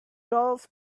girls